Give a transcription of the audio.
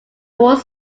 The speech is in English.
walls